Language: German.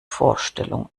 vorstellung